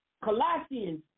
Colossians